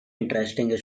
interesting